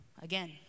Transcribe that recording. Again